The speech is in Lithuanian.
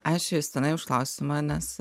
ačiū justinai už klausimą nes